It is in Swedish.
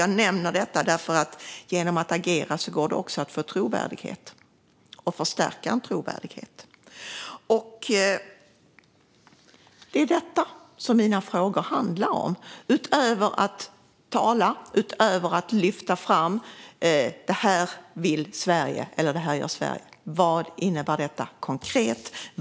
Jag nämner detta därför att genom att agera går det också att få trovärdighet och förstärka trovärdigheten. Det är detta som mina frågor handlar om. Utöver att tala om och lyfta fram vad Sverige vill och gör - vad innebär detta konkret?